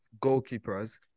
goalkeepers